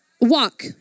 walk